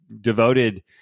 devoted